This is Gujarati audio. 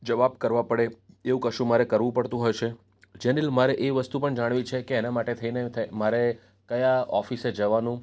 જવાબ કરવા પડે એવું કશું મારે કરવું પડતું હશે જેનિલ મારે એ વસ્તુ પણ જાણવી છે કે એના માટે થઈને મારે કયા ઓફિસે જવાનું